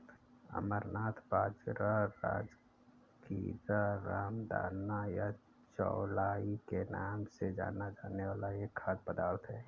अमरनाथ बाजरा, राजगीरा, रामदाना या चौलाई के नाम से जाना जाने वाला एक खाद्य पदार्थ है